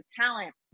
talent